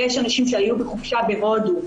יש אנשים שהיו בחופשה בהודו".